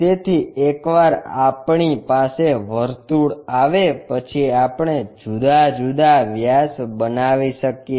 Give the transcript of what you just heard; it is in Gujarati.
તેથી એકવાર આપણી પાસે વર્તુળ આવે પછી આપણે જુદા જુદા વ્યાસ બનાવી શકીએ